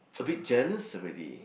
a bit jealous already